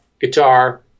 guitar